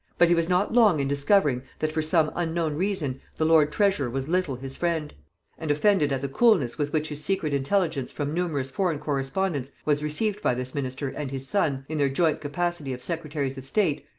but he was not long in discovering, that for some unknown reason the lord treasurer was little his friend and offended at the coolness with which his secret intelligence from numerous foreign correspondents was received by this minister and his son, in their joint capacity of secretaries of state,